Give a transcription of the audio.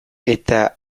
eta